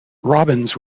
robbins